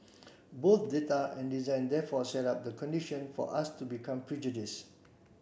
both data and design therefore set up the condition for us to become prejudiced